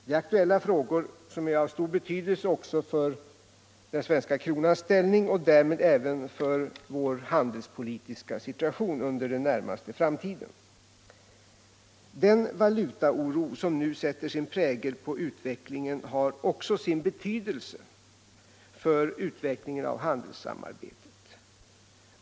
Det är aktuella frågor som är av stor betydelse också för den svenska kronans ställning och därmed även för vår handelspolitiska situation under den närmaste framtiden. Den valutaoro som nu sätter sin prägel på utvecklingen har också sin betydelse för utvecklingen av handelssamarbetet.